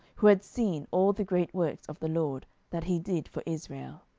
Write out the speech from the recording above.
who had seen all the great works of the lord, that he did for israel.